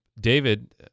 David